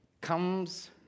comes